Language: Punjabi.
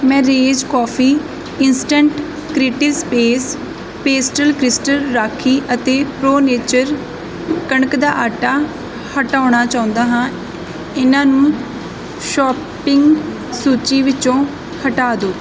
ਮੈਂ Rage coffee instant creative space pastel crystal ਰਾਖੀ ਅਤੇ ਪ੍ਰੋ ਨੇਚਰ ਕਣਕ ਦਾ ਆਟਾ ਹਟਾਉਣਾ ਚਾਹੁੰਦਾ ਹਾਂ ਇਹਨਾਂ ਨੂੰ ਸ਼ੋਪਿੰਗ ਸੂਚੀ ਵਿੱਚੋਂ ਹਟਾ ਦਿਓ